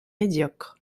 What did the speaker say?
médiocre